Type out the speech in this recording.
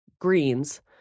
greens